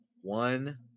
one